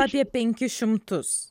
apie penkis šimtus